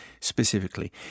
specifically